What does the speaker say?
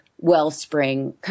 wellspring